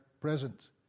present